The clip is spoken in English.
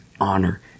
honor